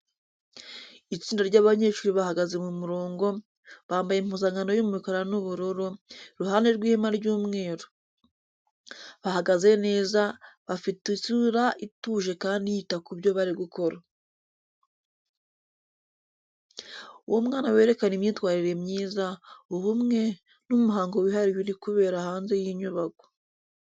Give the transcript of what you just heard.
Itsinda ry’abanyeshuri bahagaze mu murongo, bambaye impuzankano y’umukara n’ubururu, iruhande rw’ihema ry’umweru. Bahagaze neza, bafite isura ituje kandi yita ku byo bari gukora. Uwo mwanya werekana imyitwarire myiza, ubumwe, n’umuhango wihariye uri kubera hanze y’inyubako.